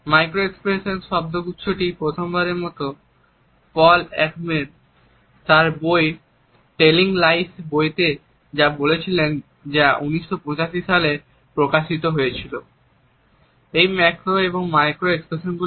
micro expression শব্দগুচ্ছটি প্রথমবারের মতো পল একম্যান তাঁর বই টেলিং লাইস বইয়ে ব্যবহার করেছিলেন যা 1985 সালে প্রকাশিত হয়েছিল